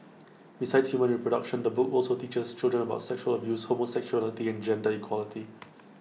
besides human reproduction the book also teaches children about sexual abuse homosexuality and gender equality